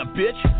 bitch